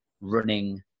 running